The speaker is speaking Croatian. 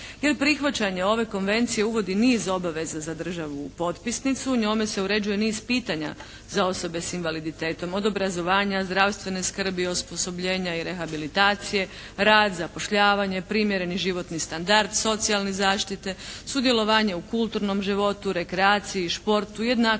Jer prihvaćanje ove konvencije uvodi niz obaveza za državu potpisnicu, njome se uređuje niz pitanja za osobe s invaliditetom od obrazovanja, zdravstvene skrbi, osposobljenja i rehabilitacije, rad, zapošljavanje, primjereni životni standard, socijalne zaštite, sudjelovanje u kulturnom životu, rekreaciji, športu, jednakost